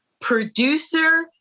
producer